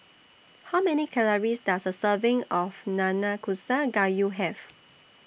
How Many Calories Does A Serving of Nanakusa Gayu Have